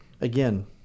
again